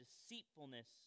deceitfulness